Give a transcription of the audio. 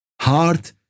heart